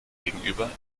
gegenüber